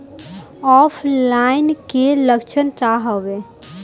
ऑफलाइनके लक्षण क वा?